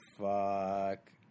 fuck